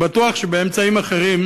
אני בטוח שבאמצעים אחרים